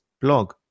blog